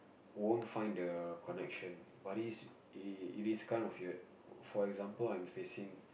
won't find the connection but is it is kind of weird for example I'm facing